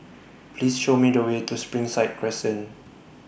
Please Show Me The Way to Springside Crescent